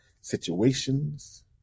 situations